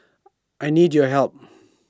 I need your help